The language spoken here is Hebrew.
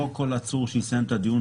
באופן כללי זו תוכנית שמסוכמת איתנו.